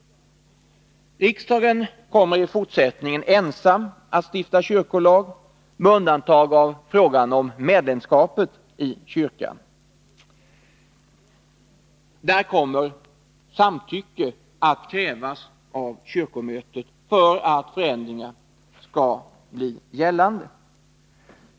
Riksdagen kommer i fortsättningen ensam att stifta kyrkolag, med undantag av frågan om medlemskapet i kyrkan. Där kommer att krävas samtycke av kyrkomötet för att förändringar skall bli gällande.